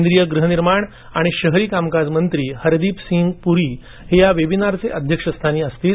केंद्रीय गृहनिर्माण आणि शहरी कामकाज मंत्री हरदीप सिंग पुरी हे या वेबीनारच्या अध्यक्षस्थानी राहणार आहेत